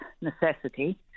necessity